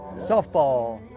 softball